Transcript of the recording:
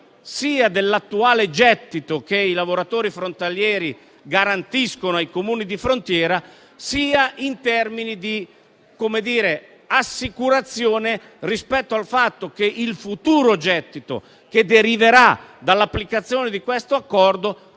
dell'attuale gettito che i lavoratori frontalieri garantiscono ai Comuni di frontiera, sia in termini di assicurazione rispetto al fatto che il futuro gettito che deriverà dall'applicazione di questo accordo